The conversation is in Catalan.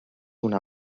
una